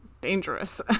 dangerous